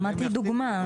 לא, אמרתי דוגמה.